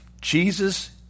Jesus